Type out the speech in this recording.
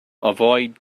avoid